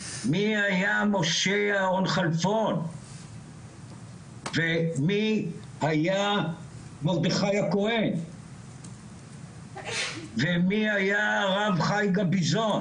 מי היה משה אהרון חלפון ומי היה מרדכי הכהן ומי היה הרב חי גביזון,